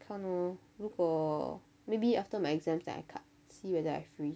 看哦如果 maybe after my exams then I cut see whether I free